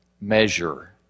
measure